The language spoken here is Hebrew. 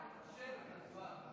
אנחנו נעבור להצבעה.